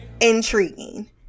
intriguing